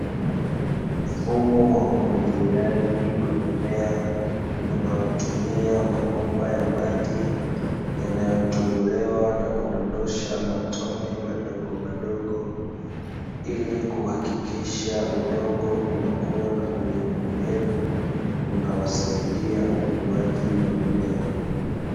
Mfumo wa umwagiliagi wa mimea unaotumia mabomba ya maji yanayotobolewa na kudondosha matone madogo madogo, ili kuhakikisha udongo unakuwa na unyevu unyevu, unaosaidia ukuaji wa mimea.